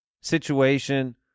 situation